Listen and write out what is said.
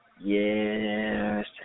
Yes